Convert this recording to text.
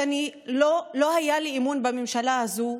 לא היה לי אמון בממשלה הזאת,